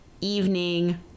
evening